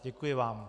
Děkuji vám.